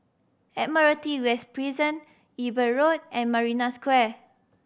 Admiralty West Prison Eber Road and Marina Square